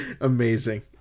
Amazing